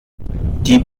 die